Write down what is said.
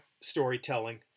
storytelling